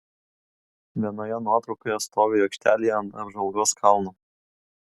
vienoje nuotraukoje stoviu aikštelėje ant apžvalgos kalno